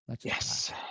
Yes